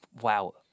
wow